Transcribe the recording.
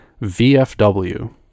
VFW